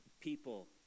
people